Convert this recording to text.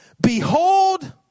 behold